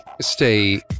Stay